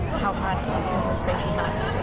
how hot. is the spicy hot?